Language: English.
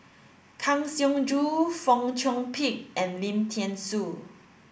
Kang Siong Joo Fong Chong Pik and Lim Thean Soo